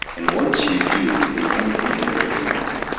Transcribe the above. and once you do, the only thing in your way is mindset.